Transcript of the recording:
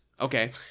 Okay